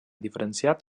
diferenciat